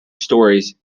storeys